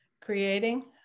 creating